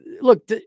look